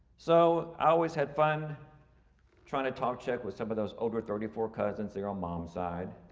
so i always had fun trying to talk czech with some of those older thirty four cousins there on mom's side.